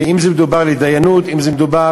אם זה מדובר לדיינות, אם זה מדובר,